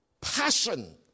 Passion